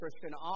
Christian